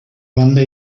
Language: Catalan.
banda